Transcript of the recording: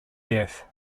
death